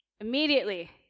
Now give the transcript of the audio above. Immediately